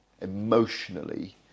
emotionally